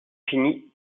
finit